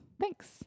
thanks